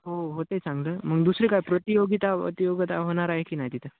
हो हो ते चांगलं मग दुसरीे काय प्रतियोगीता बीतियोगिता होणार आहे की नाही तिथं